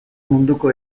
munduko